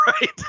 Right